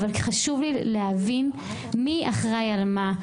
חשוב לי להבין מי אחראי על מה,